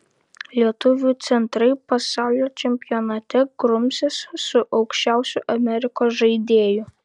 lietuvių centrai pasaulio čempionate grumsis su aukščiausiu amerikos žaidėju